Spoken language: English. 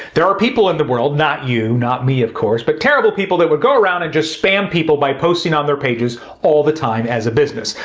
there are people in the world, not you, not me of course but terrible people that would go around and just spam people by posting on their pages all the time as a business.